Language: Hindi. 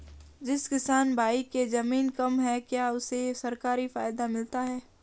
जिस किसान भाई के ज़मीन कम है क्या उसे सरकारी फायदा मिलता है?